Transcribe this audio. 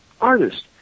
artist